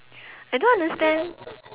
I don't understand